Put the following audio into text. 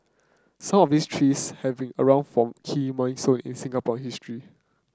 some of these trees have been around for key milestone in Singapore history